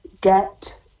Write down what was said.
get